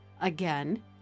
again